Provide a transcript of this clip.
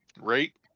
Right